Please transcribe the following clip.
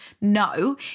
No